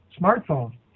smartphone